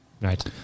Right